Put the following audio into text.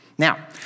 Now